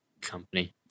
company